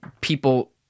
people